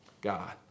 God